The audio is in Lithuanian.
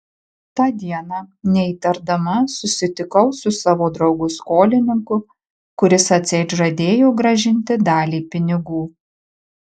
tą dieną neįtardama susitikau su savo draugu skolininku kuris atseit žadėjo grąžinti dalį pinigų